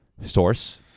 source